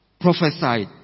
prophesied